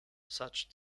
such